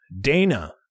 Dana